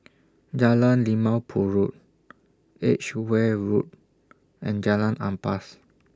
Jalan Limau Purut Edgeware Road and Jalan Ampas